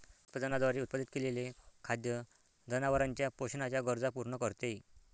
उत्पादनाद्वारे उत्पादित केलेले खाद्य जनावरांच्या पोषणाच्या गरजा पूर्ण करते